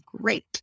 great